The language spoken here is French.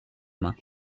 commun